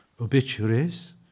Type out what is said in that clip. Obituaries